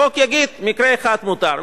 החוק יגיד: המקרה האחד מותר,